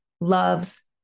loves